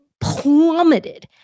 plummeted